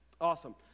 Awesome